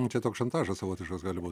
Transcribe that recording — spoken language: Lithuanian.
nu čia toks šantažas savotiškas gali būt